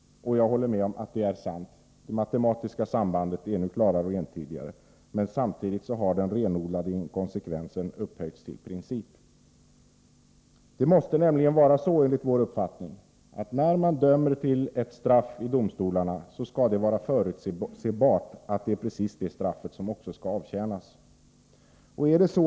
Jag håller med om att det är sant att det matematiska sambandet nu är klarare och entydigare, men samtidigt har den renodlade inkonsekvensen upphöjts till princip. Det måste nämligen vara så, enligt vår uppfattning, att när man dömer till ett straff i domstolarna skall det vara förutsebart att det är precis det straffet som också skall avtjänas.